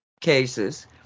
cases